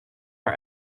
our